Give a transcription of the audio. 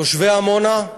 תושבי עמונה,